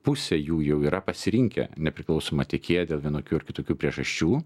pusė jų jau yra pasirinkę nepriklausomą tiekėją dėl vienokių ar kitokių priežasčių